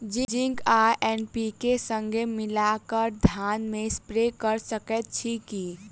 Zinc आ NPK, संगे मिलल कऽ धान मे स्प्रे कऽ सकैत छी की?